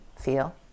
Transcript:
feel